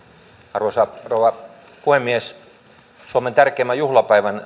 arvoisa rouva puhemies suomen tärkeimmän juhlapäivän